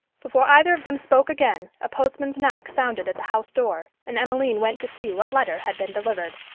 before either of them spoke again a postman's knock sounded at the house-door, and emmeline went to see what letter had been delivered.